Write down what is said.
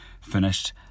finished